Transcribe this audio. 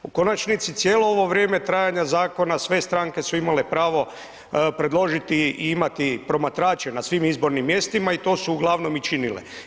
U konačnici cijelo ovo vrijeme trajanja zakona sve stranke su imale pravo predložiti i imati promatrače na svim izbornim mjestima i to su uglavnom i činile.